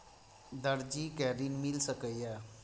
दर्जी कै ऋण मिल सके ये?